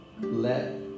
Let